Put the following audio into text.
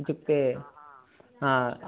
इत्युक्ते हा